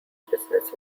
business